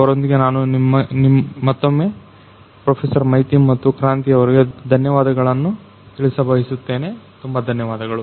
ಅವರೊಂದಿಗೆ ನಾನು ಮತ್ತೊಮ್ಮೆ ಪ್ರೊಫೆಸರ್ ಮೈತಿ ಮತ್ತು ಕ್ರಾಂತಿ ಅವರಿಗೆ ಧನ್ಯವಾದಗಳನ್ನು ತಿಳಿಸಬಯಸುತ್ತೇನೆ ತುಂಬಾ ಧನ್ಯವಾದಗಳು